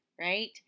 right